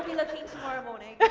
looking tomorrow morning.